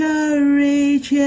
courage